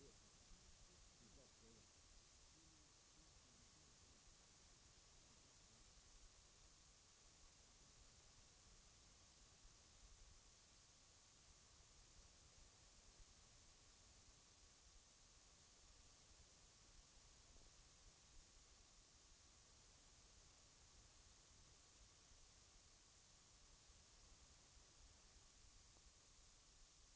Jag hoppas att sensmoralen skall verka så starkt att vi slipper en upprepning i framtiden, Då slipper också herr Helén uppträda som ett slags grämelsens Job i riksdagsdebatten, och då kan vi få en konstruktiv och vettig miljövårdsdebatt.